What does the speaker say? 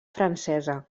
francesa